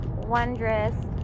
wondrous